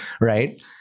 Right